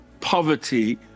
poverty